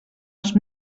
els